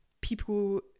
people